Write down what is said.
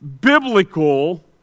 biblical